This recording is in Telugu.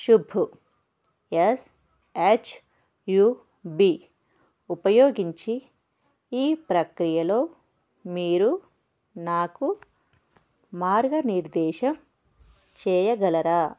Shubh S H U B ఉపయోగించి ఈ ప్రక్రియలో మీరు నాకు మార్గనిర్దేశం చేయగలరా